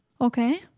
Okay